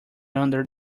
under